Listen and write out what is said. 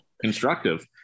constructive